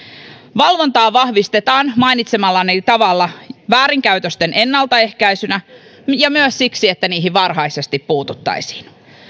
valvontaa vahvistetaan mainitsemallani tavalla väärinkäytösten ennaltaehkäisynä ja myös siksi että niihin varhaisesti puututtaisiin